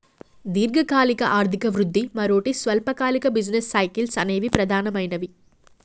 దీర్ఘకాలిక ఆర్థిక వృద్ధి, మరోటి స్వల్పకాలిక బిజినెస్ సైకిల్స్ అనేవి ప్రధానమైనవి